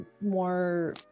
more